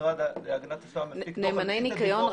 המשרד להגנת הסביבה מפיק --- נאמני ניקיון,